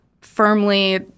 firmly